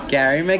Gary